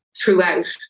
throughout